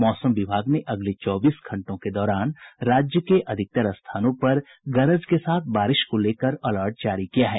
मौसम विभाग ने अगले चौबीस घंटों के दौरान राज्य के अधिकांश स्थानों पर गरज के साथ बारिश को लेकर अलर्ट जारी किया है